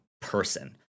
person